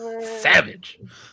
Savage